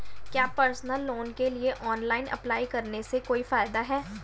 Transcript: क्या personal loan के लिए ऑनलाइन अप्लाई करने से कोई फायदा है?